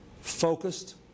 focused